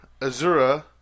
Azura